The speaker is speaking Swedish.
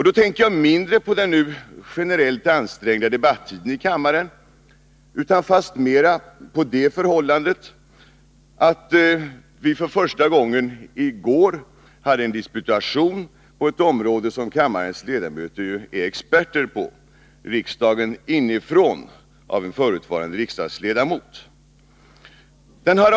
Då tänker jag mindre på den nu generellt ansträngda debattiden i kammaren än fastmera på det förhållandet, att vi för första gången i går hade en disputation på ett område som kammarens ledamöter är experter på, Riksdagen inifrån, av en förutvarande riksdagsledamot.